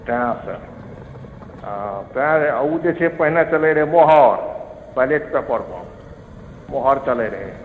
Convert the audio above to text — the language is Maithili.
तेँ से ओ तऽ ओ जे छै पहिले चलै रहै मोहर वैलेट पेपरपर मोहर चलै रहै